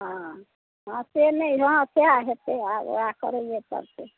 हँ हँ से नहि हॅं सएह हेतै उएह कहैया सबकोइ